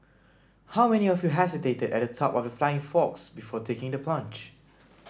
how many of you hesitated at the top of the flying fox before taking the plunge